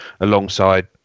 alongside